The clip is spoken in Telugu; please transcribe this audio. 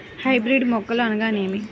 హైబ్రిడ్ మొక్కలు అనగానేమి?